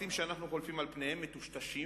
הפרטים שאנחנו חולפים על פניהם מטושטשים